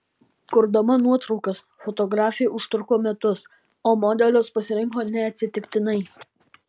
kurdama nuotraukas fotografė užtruko metus o modelius pasirinko neatsitiktinai